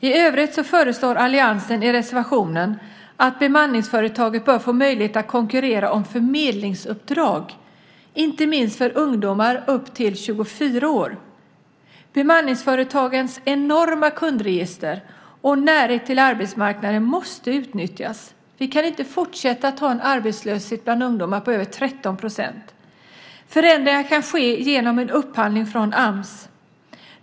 I övrigt föreslår alliansen i reservationen att bemanningsföretagen bör få möjlighet att konkurrera om förmedlingsuppdrag, inte minst för ungdomar upp till 24 år. Bemanningsföretagens enorma kundregister och närhet till arbetsmarknaden måste utnyttjas. Vi kan inte fortsätta att ha en arbetslöshet bland ungdomar på över 13 %. Förändringen kan ske genom en upphandling från Ams.